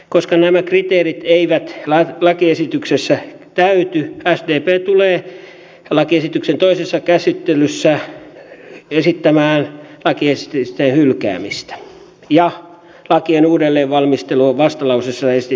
koska nämä kriteerit eivät lakiesityksessä täyty sdp tulee lakiesityksen toisessa käsittelyssä esittämään lakiesitysten hylkäämistä ja lakien uudelleenvalmistelua vastalauseessa esitetyn mukaisesti